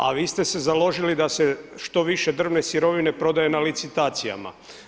A vi ste se založili, da se što više drvne sirovine prodaje na licitacijama.